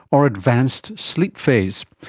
or advanced sleep phase.